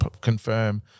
confirm